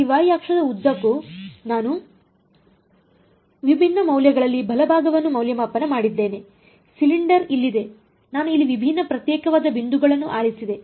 ಈ ವೈ ಅಕ್ಷದ ಉದ್ದಕ್ಕೂ ನಾನು ವಿಭಿನ್ನ ಮೌಲ್ಯಗಳಲ್ಲಿ ಬಲಭಾಗವನ್ನು ಮೌಲ್ಯಮಾಪನ ಮಾಡಿದ್ದೇನೆ ಸಿಲಿಂಡರ್ ಇಲ್ಲಿದೆ ನಾನು ಇಲ್ಲಿ ವಿಭಿನ್ನ ಪ್ರತ್ಯೇಕವಾದ ಬಿಂದುಗಳನ್ನು ಆರಿಸಿದೆ